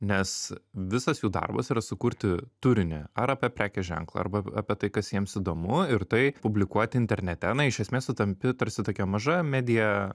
nes visas jų darbas yra sukurti turinį ar apie prekės ženklą arba apie tai kas jiems įdomu ir tai publikuot internete na iš esmės tu tampi tarsi tokia maža medija